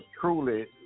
truly